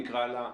נקרא לה,